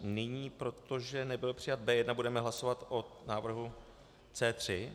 Nyní, protože nebyl přijat B1, budeme hlasovat o návrhu C3.